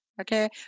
Okay